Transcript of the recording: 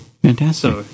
Fantastic